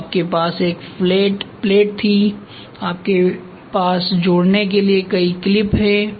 तो आपके पास एक फ्लैट प्लेट थी तो आपके पास जोड़ने के लिए कई क्लिप हैं